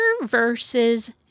versus